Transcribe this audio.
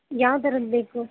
ಯಾವ ಥರದ್ದು ಬೇಕು